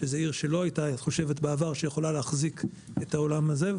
שזו עיר שלא הייתה חושבת בעבר שהיא יכולה להחזיק את העולם הזה,